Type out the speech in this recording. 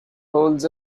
holds